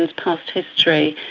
and past history,